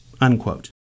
unquote